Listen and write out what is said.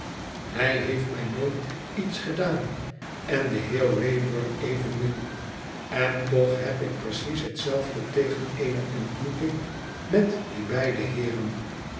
hij heeft mij nooit iets gedaan en de heer wraybum evenmin en toch heb ik precies hetzelfde tegen eene ontmoeting met die beide heeren